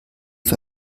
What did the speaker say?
für